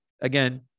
Again